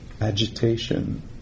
agitation